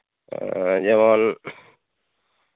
ᱦᱮᱸ ᱡᱮᱢᱚᱱ